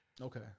Okay